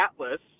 Atlas